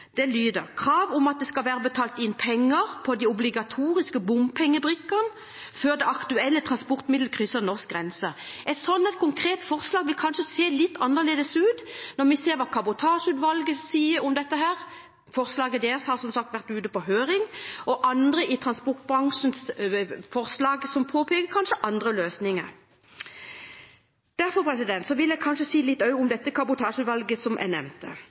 Det lyder: «Krav om at det skal være betalt inn penger på de obligatoriske bompengebrikkene før det aktuelle transportmiddel krysser norsk grense.» Et slikt konkret forslag vil kanskje se litt annerledes ut når vi ser på hva Kabotasjeutvalget sier om dette. Deres forslag har, som sagt, vært ute på høring, og andre i transportbransjen har forslag som kanskje peker på andre løsninger. Jeg vil si litt om Kabotasjeutvalget, som jeg nevnte.